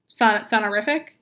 Sonorific